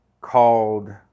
called